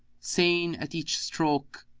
saying at each stroke,